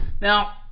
Now